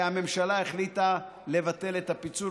הממשלה החליטה לבטל את הפיצול.